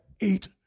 eight